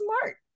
smart